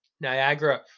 Niagara